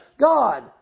God